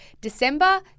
December